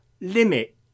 limit